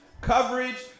coverage